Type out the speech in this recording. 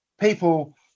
people